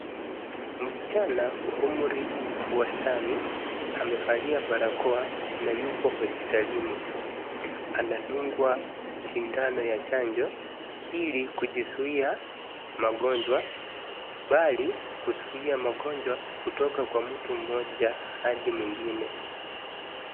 Msichana wa umri wa wastani amevalia barakoa na yupo hospitalini. Anadungwa sindano ya chanjo ili kujizuia magonjwa mbali kuzuia magonjwa kutoka kwa mtu mmoja hadi mwingine.